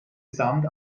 sand